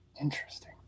Interesting